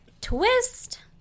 Twist